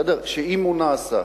אם הוא נעשה.